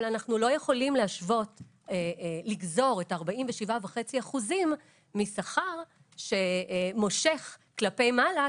אבל אנחנו לא יכולים לגזור את ה-47.5% משכר שמושך כלפי מעלה,